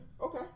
Okay